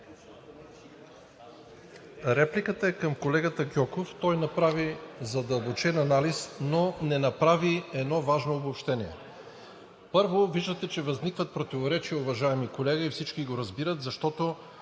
Репликата е към колегата Гьоков. Той направи задълбочен анализ, но не направи едно важно обобщение. Първо, виждате, че възникват противоречия, уважаеми колеги, и всички го разбират, защото